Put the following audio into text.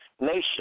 nation